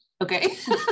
Okay